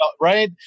right